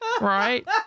Right